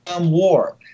war